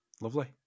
Lovely